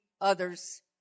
others